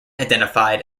identified